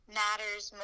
matters